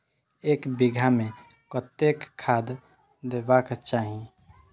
एक बिघा में कतेक खाघ देबाक चाही?